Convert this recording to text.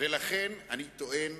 ולכן אני טוען